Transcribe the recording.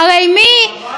הרי מי,